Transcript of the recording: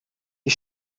die